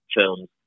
films